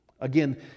Again